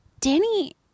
Danny